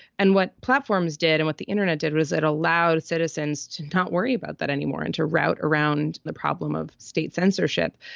and what platforms did and what the internet did was it allowed citizens to not worry about that anymore and to route around the problem of state censorship?